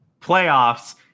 Playoffs